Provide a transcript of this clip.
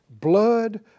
blood